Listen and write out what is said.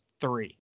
three